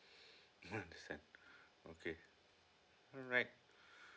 understand okay alright